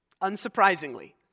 Unsurprisingly